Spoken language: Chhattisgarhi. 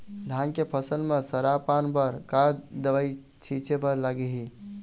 धान के फसल म सरा पान बर का दवई छीचे बर लागिही?